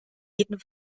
jeden